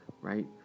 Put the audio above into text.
right